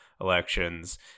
elections